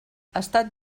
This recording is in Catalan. estat